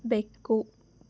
ಬೆಕ್ಕು